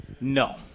No